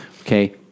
Okay